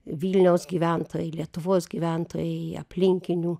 vilniaus gyventojai lietuvos gyventojai aplinkinių